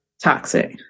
toxic